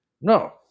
no